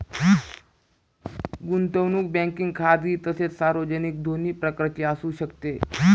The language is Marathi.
गुंतवणूक बँकिंग खाजगी तसेच सार्वजनिक दोन्ही प्रकारची असू शकते